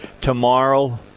tomorrow